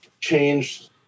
changed